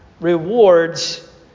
rewards